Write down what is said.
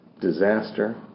disaster